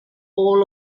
all